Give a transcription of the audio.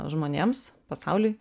žmonėms pasauliui